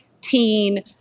teen